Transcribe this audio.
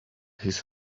his